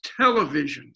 televisions